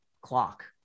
clock